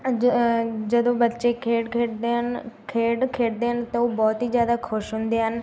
ਅ ਜ ਜਦੋਂ ਬੱਚੇ ਖੇਡ ਖੇਡਦੇ ਹਨ ਖੇਡ ਖੇਡਦੇ ਹਨ ਤਾਂ ਉਹ ਬਹੁਤ ਹੀ ਜ਼ਿਆਦਾ ਖੁਸ਼ ਹੁੰਦੇ ਹਨ